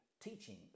teaching